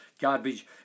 garbage